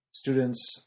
Students